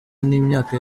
n’imyaka